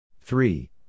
Three